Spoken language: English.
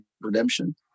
Redemption